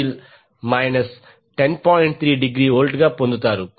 3 degree volt గా పొందుతారు